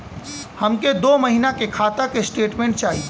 हमके दो महीना के खाता के स्टेटमेंट चाही?